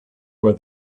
were